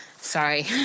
sorry